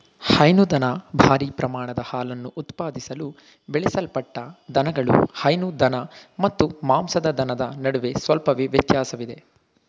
ಹೈನುದನ ಭಾರೀ ಪ್ರಮಾಣದ ಹಾಲನ್ನು ಉತ್ಪಾದಿಸಲು ಬೆಳೆಸಲ್ಪಟ್ಟ ದನಗಳು ಹೈನು ದನ ಮತ್ತು ಮಾಂಸದ ದನದ ನಡುವೆ ಸ್ವಲ್ಪವೇ ವ್ಯತ್ಯಾಸವಿದೆ